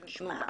שנשמע.